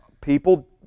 people